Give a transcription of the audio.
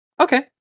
Okay